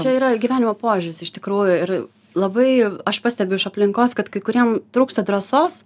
čia yra gyvenimo požiūris iš tikrųjų ir labai aš pastebiu iš aplinkos kad kai kuriem trūksta drąsos